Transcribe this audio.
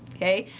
okay.